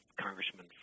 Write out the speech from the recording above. congressman